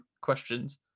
questions